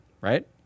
right